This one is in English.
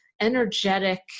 energetic